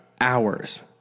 Hours